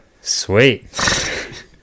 sweet